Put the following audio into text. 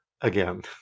again